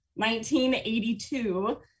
1982